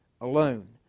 alone